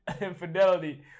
infidelity